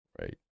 right